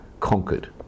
conquered